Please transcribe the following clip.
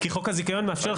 כי חוק הזיכיון מאפשר לך.